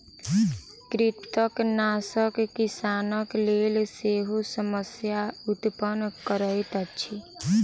कृंतकनाशक किसानक लेल सेहो समस्या उत्पन्न करैत अछि